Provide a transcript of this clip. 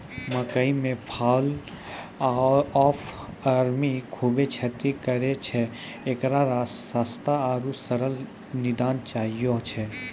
मकई मे fall of army खूबे क्षति करेय छैय, इकरो सस्ता आरु सरल निदान चाहियो छैय?